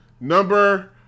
Number